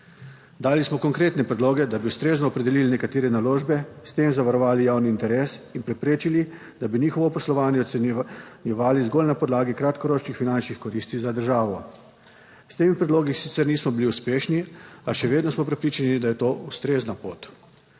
Dali smo konkretne predloge, da bi ustrezno opredelili nekatere naložbe, s tem zavarovali javni interes in preprečili, da bi njihovo poslovanje ocenjevali zgolj na podlagi kratkoročnih finančnih koristi za državo. S temi predlogi sicer nismo bili uspešni, a še vedno smo prepričani, da je to ustrezna pot.